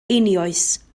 einioes